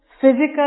physical